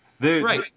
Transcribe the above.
Right